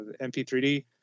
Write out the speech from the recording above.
MP3D